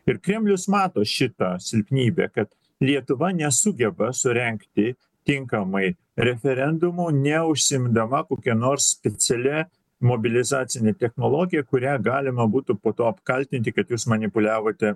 ir kremlius mato šitą silpnybę kad lietuva nesugeba surengti tinkamai referendumo neužsiimdama kokia nors specialia mobilizacine technologija kuria galima būtų po to apkaltinti kad jūs manipuliavote